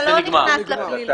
אתה לא נכנס לפלילי.